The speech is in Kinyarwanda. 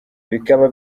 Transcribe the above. bikaba